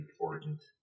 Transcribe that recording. important